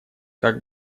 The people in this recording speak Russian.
как